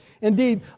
Indeed